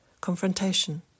confrontation